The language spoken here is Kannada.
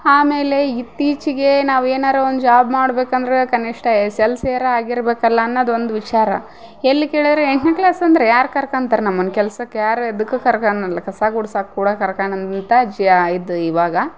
ಆಮೇಲೆ ಇತ್ತೀಚಿಗೆ ನಾವು ಏನಾರ ಒಂದು ಜಾಬ್ ಮಾಡಬೇಕಂದ್ರ ಕನಿಷ್ಟ ಎಸ್ ಎಲ್ ಸಿ ಅರ ಆಗಿರಬೇಕಲ್ಲ ಅನ್ನಾದು ಒಂದು ವಿಚಾರ ಎಲ್ಲಿ ಕೇಳಿದರೆ ಎಂಟನೇ ಕ್ಲಾಸ್ ಅಂದರೆ ಯಾರು ಕರ್ಕಳ್ತಾರ ನಮ್ಮನ್ನು ಕೆಲ್ಸಕ್ಕೆ ಯಾರು ಇದ್ದಕು ಕರ್ಕಳಲ್ಲ ಕಸ ಗುಡ್ಸಾಕ್ಕೆ ಕೂಡ ಕರ್ಕಳಲ್ಲಂತಾ ಜ್ಯಾ ಇದು ಇವಾಗ